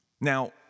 Now